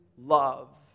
love